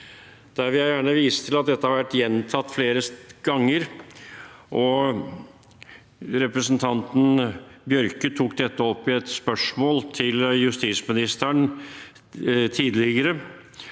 Der vil jeg gjerne vise til at dette har vært gjentatt flere ganger. Representanten Bjørke tok dette opp i et spørsmål til justisministeren tidligere